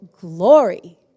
glory